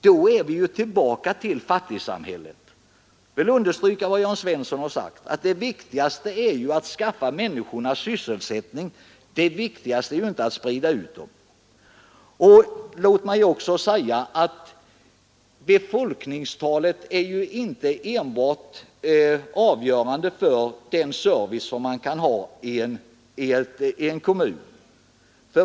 Då är vi ju tillbaka till fattigsamhället. Jag vill understryka herr Svenssons uttalande att det viktigaste är att skaffa människorna sysselsättning, inte att sprida ut dem i landet. Det är ju inte heller enbart befolkningstalet som är avgörande för den service som kan finnas i en kommun.